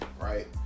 right